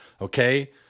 Okay